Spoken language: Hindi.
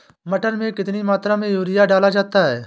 मटर में कितनी मात्रा में यूरिया डाला जाता है?